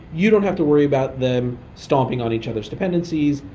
you don't have to worry about them stomping on each other's dependencies.